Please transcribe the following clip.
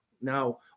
Now